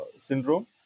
syndrome